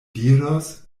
diros